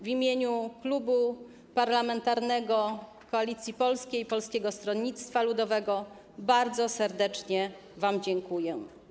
W imieniu Klubu Parlamentarnego Koalicja Polska i Polskie Stronnictwo Ludowe bardzo serdecznie wam dziękuję.